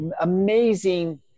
amazing